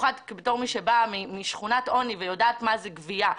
כמי שבאה משכונת עוני ויודעת מה זו גבייה,